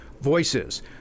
VOICES